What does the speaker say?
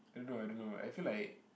I don't know I don't know I feel like